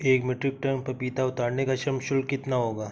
एक metric tonne पपीता उतारने का श्रम शुल्क कितना होगा?